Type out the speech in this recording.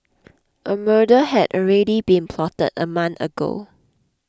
a murder had already been plotted a month ago